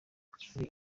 hari